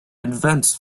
events